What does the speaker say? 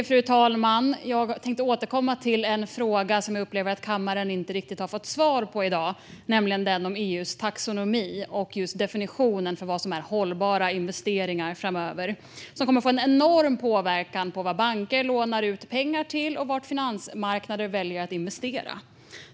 Fru talman! Jag tänkte återkomma till en fråga som jag upplever att kammaren inte riktigt har fått svar på i dag, nämligen den om EU:s taxonomi och definitionen av vad som är hållbara investeringar framöver. Den kommer att få en enorm påverkan på vad banker lånar ut pengar till och var finansmarknader väljer att investera.